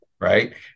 right